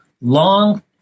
long